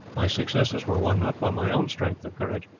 my successes were won not by my own strength or courage,